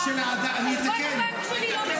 חשבון הבנק שלי לא משקר.